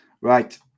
right